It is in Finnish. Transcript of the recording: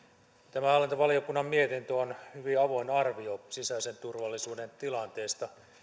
tämä hallintovaliokunnan mietintö on hyvin avoin arvio sisäisen turvallisuuden tilanteesta